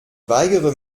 weigere